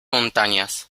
montañas